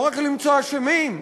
לא רק למצוא אשמים,